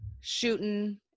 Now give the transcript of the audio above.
shooting